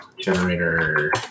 generator